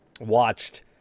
watched